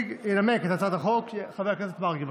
ינמק את הצעת החוק חבר הכנסת מרגי.